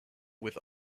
with